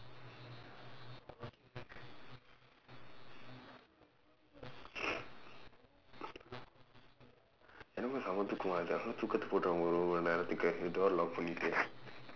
எனக்கும் செம்ம தூக்கமா இருக்கு தூக்கத்த போட்டுவிடுவோமா ஒரு ஒரு மணி நேரத்துக்கு:enakkum semma thuukkamaa irukku thuukkaththa pootduviduvoomaa oru oru mani neeraththukku doorae lock பண்ணிட்டு:pannitdu